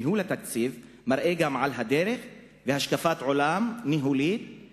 ניהול התקציב מראה גם את הדרך ואת השקפת העולם הניהולית.